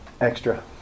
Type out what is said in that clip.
extra